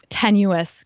tenuous